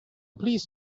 please